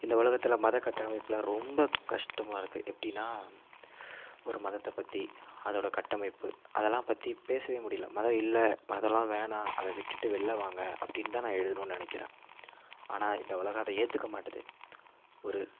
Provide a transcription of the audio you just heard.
இந்த உலகத்தில் மதகட்டமைப்புலாம் ரொம்ப கஷ்டமாக இருக்குது எப்படின்னா ஒரு மதத்தை பற்றி அதோடய கட்டமைப்பு அதலாம் பற்றி பேசவே முடியல மதம் இல்லை மதமெலாம் வேணாம் அதை விட்டுட்டு வெளியில் வாங்க அப்படின் தான் நான் எழுதணுன்னு நினைக்கிறேன் ஆனால் இந்த உலகம் அதை ஏற்றுக்க மாட்டுது ஒரு